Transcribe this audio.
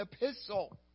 epistle